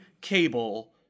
cable